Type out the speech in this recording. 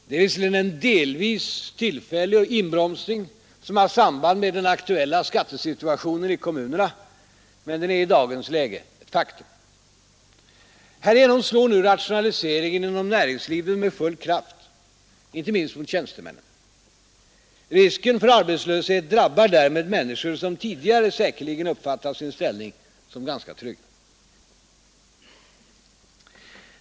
Det är visserligen en delvis tillfällig inbromsning, som har samband med den aktuella skattesituationen i kommunerna, men den är i dagens läge ett faktum. Härigenom slår nu rationaliseringen inom näringslivet med full kraft inte minst mot tjänstemännen. Risken för arbetslöshet drabbar därmed människor som tidigare säkerligen uppfattat sin ställning som ganska tryggad.